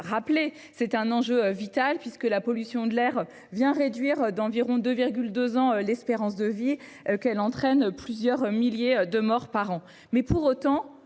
c'est un enjeu vital, puisque la pollution de l'air réduit d'environ 2,2 ans l'espérance de vie et qu'elle entraîne plusieurs milliers de morts par an.